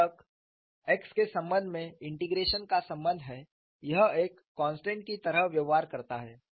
जहां तक x के संबंध में इंटीग्रेशन का संबंध है यह एक कॉन्स्टेंट की तरह व्यवहार करता है